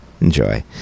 Enjoy